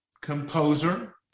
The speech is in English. composer